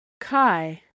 Kai